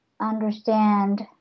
understand